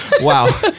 Wow